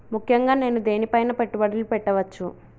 ముఖ్యంగా నేను దేని పైనా పెట్టుబడులు పెట్టవచ్చు?